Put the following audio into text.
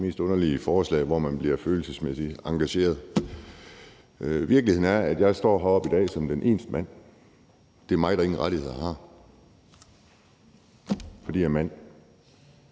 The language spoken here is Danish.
Det er de mest underlige forslag, der gør en følelsesmæssigt engageret. Virkeligheden er, at jeg står heroppe i dag, og at det er mig, der ingen rettigheder har, fordi jeg er mand.